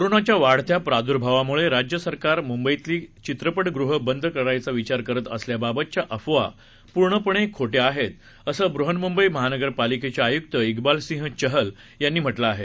कोरोनाच्या वाढत्या प्रादूर्भावामुळे राज्य सरकार मुंबईतली चित्रपटगृहं बंद करायचा विचार करत असल्याबाबतच्या अफवा पूर्णपणे खोट्या आहेत असं बृहन्मुंबई महानगरपालिकेचे आयुक्त इक्बालसिंह चहल यांनी म्हटलं आहे